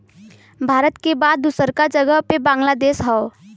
भारत के बाद दूसरका जगह पे बांग्लादेश हौ